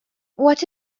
what